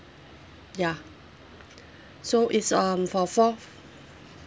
ya so it's um for fourth